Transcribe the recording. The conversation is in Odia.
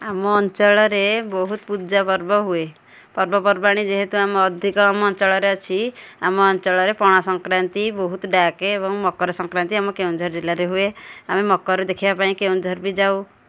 ଆମ ଅଞ୍ଚଳରେ ବହୁତ ପୂଜା ପର୍ବ ହୁଏ ପର୍ବପର୍ବାଣୀ ଯେହେତୁ ଆମ ଅଧିକ ଆମ ଅଞ୍ଚଳରେ ଅଛି ଆମ ଅଞ୍ଚଳରେ ପଣା ସଂକ୍ରାନ୍ତି ବହୁତ ଡ଼ାକେ ଏବଂ ମକର ସଂକ୍ରାନ୍ତି ଆମ କେଉଁଝର ଜିଲ୍ଲାରେ ହୁଏ ଆମେ ମକର ଦେଖିଆ ପାଇଁ କେଉଁଝର ବି ଯାଉ